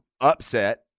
upset